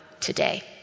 today